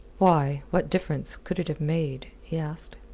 why, what difference could it have made? he asked.